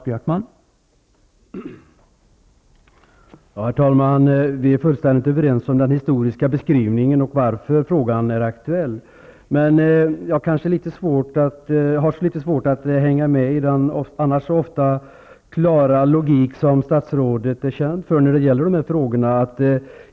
Herr talman! Vi är fullständigt överens beträffande den historiska beskrivningen och varför frågan är aktuell. Men jag har litet svårt att hänga med i ett avsnitt av statsrådets resonemang; han är ju annars känd för en så klar logik när det gäller dessa frågor.